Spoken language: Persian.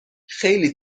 خیلی